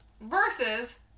versus